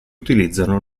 utilizzano